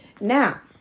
Now